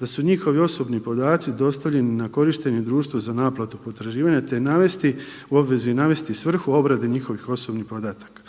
da su njihovi osobni podaci dostavljeni na korištenje društvu za naplatu potraživanja, te navesti u obvezi svrhu obrade njihovih osobnih podataka.